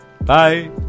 bye